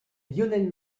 lionel